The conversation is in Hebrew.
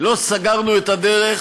לא סגרנו את הדרך